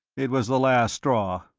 it was the last straw.